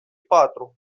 patru